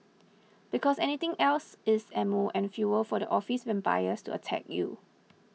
because anything else is ammo and fuel for the office vampires to attack you